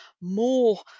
more